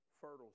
fertile